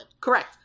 Correct